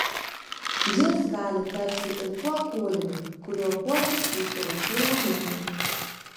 jis gali tapti ir tuo kūriniu kuriuo puošis jūsų vaikai ir anūkai